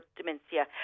dementia